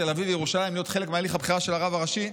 תל אביב וירושלים להיות חלק מהליך הבחירה של הרב הראשי,